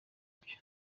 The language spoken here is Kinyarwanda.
byo